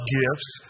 gifts